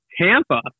Tampa